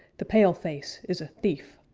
the pale-face is a thief!